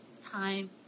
time